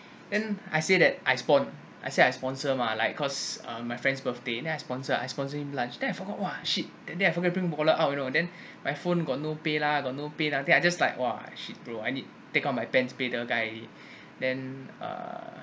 then I say that I spon~ I say I sponsor mah like because um my friend's birthday then I sponsor I sponsor him lunch then I forgot !wah! shit then I forgot bring wallet out you know then my phone got no paylah got no paylah then I just like !wah! shit bro I need take out my pants pay the guy then uh